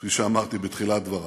כפי שאמרתי בתחילת דברי,